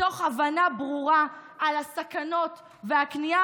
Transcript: מתוך הבנה ברורה של הסכנות והכניעה